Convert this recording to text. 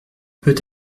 peut